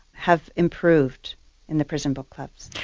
have improved in the prison book clubs.